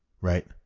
right